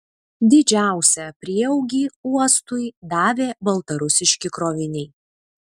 didžiausią prieaugį uostui davė baltarusiški kroviniai